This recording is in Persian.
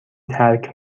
ترک